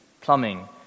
plumbing